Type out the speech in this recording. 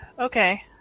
Okay